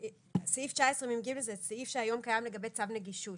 סעיף 19מג זה סעיף שהיום קיים לגבי צו נגישות.